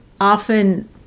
often